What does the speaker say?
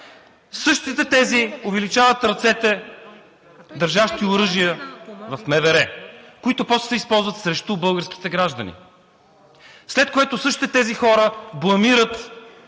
Същите тези увеличават ръцете, държащи оръжие, в МВР, които после се използват срещу българските граждани, след което същите тези хора бламират